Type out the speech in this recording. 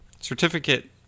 certificate